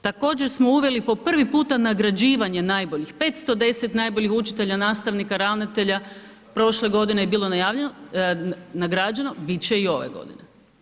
Također smo uveli po prvi puta nagrađivanje najboljih, 510 najboljih učitelja, nastavnika, ravnatelja prošle godine je bilo nagrađeno, bit će i ove godine.